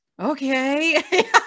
okay